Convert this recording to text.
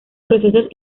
procesos